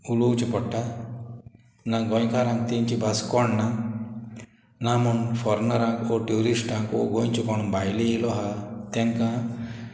उलोवचें पोडटा ना गोंयकारांक तेंची भास कोण ना ना म्हूण फॉरनरांक वो ट्युरिस्टांक वो गोंयचे कोण भायले येयलो आहा तांकां